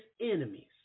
enemies